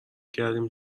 کردیم